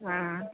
ஆ